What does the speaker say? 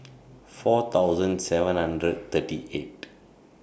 four thousand seven hundred thirty eight